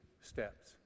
steps